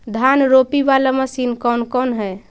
धान रोपी बाला मशिन कौन कौन है?